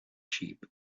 sheep